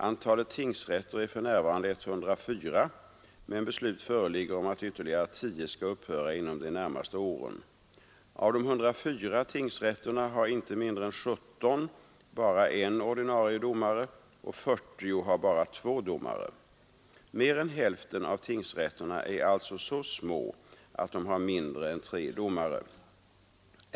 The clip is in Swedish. Antalet tingsrätter är för närvarande 104, men beslut föreligger om att ytterligare 10 skall upphöra inom de närmaste åren. Av de 104 tingsrätterna har inte mindre än 17 bara en ordinarie domare, och 40 har bara två domare. Mer än hälften av tingsrätterna är alltså så små att de har mindre än tre domare.